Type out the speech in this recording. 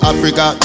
Africa